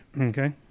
Okay